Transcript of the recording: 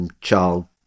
child